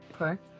Okay